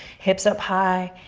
hips up high.